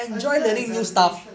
I don't like examination